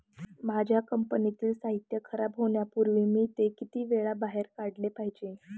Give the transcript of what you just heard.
माझ्या कंपनीतील साहित्य खराब होण्यापूर्वी मी ते किती वेळा बाहेर काढले पाहिजे?